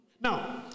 Now